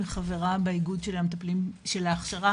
וחברה באיגוד של ההכשרה